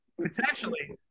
potentially